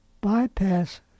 Bypass